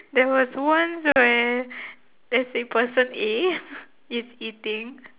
there was once where there's a person A is eating